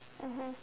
mmhmm